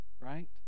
right